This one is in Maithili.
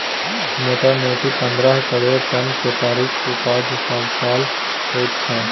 मोटामोटी पन्द्रह करोड़ टन केतारीक उपजा सबसाल होइत छै